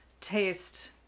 taste